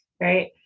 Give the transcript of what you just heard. right